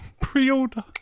Pre-order